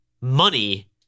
money